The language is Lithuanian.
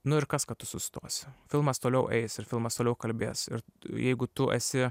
nu ir kas kad tu sustosi filmas toliau eis ir filmas toliau kalbės ir jeigu tu esi